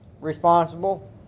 responsible